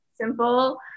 simple